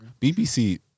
BBC